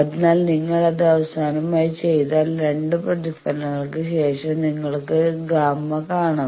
അതിനാൽ നിങ്ങൾ അത് അവസാനമായി ചെയ്താൽ രണ്ട് പ്രതിഫലനങ്ങൾക്ക് ശേഷം നിങ്ങൾക്ക് Γ കാണാം